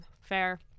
fair